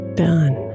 done